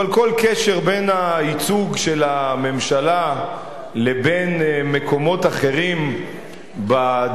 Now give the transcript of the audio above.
אבל כל קשר בין הייצוג של הממשלה לבין מקומות אחרים בדמוקרטיה,